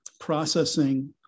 processing